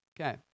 Okay